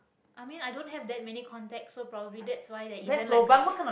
i mean i don't have that many contacts so probably that's why there isn't like a